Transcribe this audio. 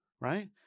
Right